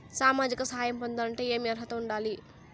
సామాజిక సహాయం పొందాలంటే ఏమి అర్హత ఉండాలి?